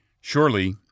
Surely